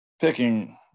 picking